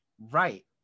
Right